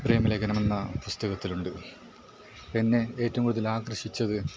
പ്രമേലഖനം എന്ന പുസ്തകത്തിലുണ്ട് എന്നെ ഏറ്റവും കൂടുതലാകർഷിച്ചത്